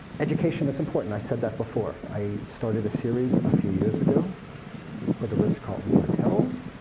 education is important, i said that before. i started a series a few years ago for the ritz carlton hotels,